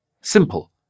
Simple